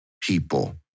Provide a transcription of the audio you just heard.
people